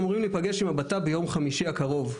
אמורים להיפגש עם הבט"פ ביום חמישי הקרוב.